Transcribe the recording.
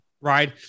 right